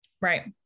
Right